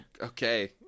Okay